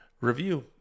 review